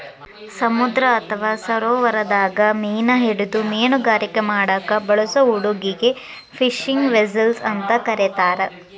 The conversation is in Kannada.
ಸಮುದ್ರ ಅತ್ವಾ ಸರೋವರದಾಗ ಮೇನಾ ಹಿಡಿದು ಮೇನುಗಾರಿಕೆ ಮಾಡಾಕ ಬಳಸೋ ಹಡಗಿಗೆ ಫಿಶಿಂಗ್ ವೆಸೆಲ್ಸ್ ಅಂತ ಕರೇತಾರ